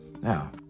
Now